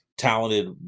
talented